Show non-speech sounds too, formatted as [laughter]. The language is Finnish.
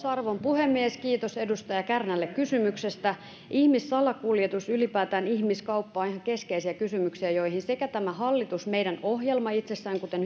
[unintelligible] arvon puhemies kiitos edustaja kärnälle kysymyksestä ihmissalakuljetus ylipäätään ihmiskauppa on ihan keskeisiä kysymyksiä joihin sekä tämä hallitus meidän ohjelmamme itsessään kuten [unintelligible]